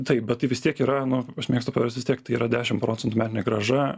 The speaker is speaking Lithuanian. taip bet tai vis tiek yra nu aš mėgstu paverst vis tiek tai yra dešim procentų metinė grąža